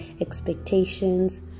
expectations